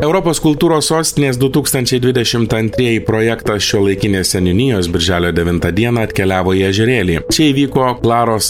europos kultūros sostinės du tūkstančiai dvidešimt antrieji projektą šiuolaikinės seniūnijos birželio devintą dieną atkeliavo į ežerėlį čia įvyko klaros